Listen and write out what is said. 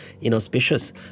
inauspicious